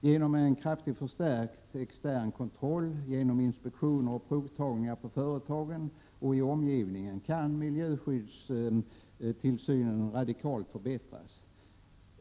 Genom en kraftigt förstärkt extern kontroll med hjälp av inspektioner och provtagning på företagen och i omgivningen kan miljöskyddstillsynen radikalt förbättras.